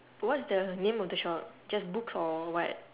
what's the name of the shop just books or what